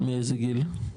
מאיזה גיל?